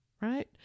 right